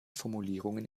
formulierungen